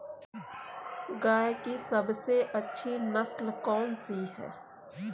गाय की सबसे अच्छी नस्ल कौनसी है?